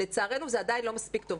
לצערנו זה עדיין לא מספיק טוב.